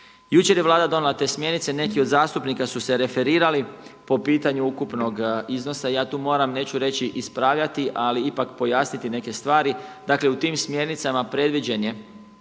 Jučer je Vlada donijela te smjernice. Neki od zastupnika su se referirali po pitanju ukupnog iznosa. Ja tu moram, neću reći ispravljati, ali ipak pojasniti neke stvari. Dakle, u tim smjernicama predviđen je